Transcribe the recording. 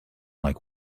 like